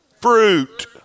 Fruit